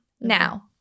now